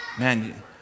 Man